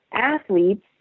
athletes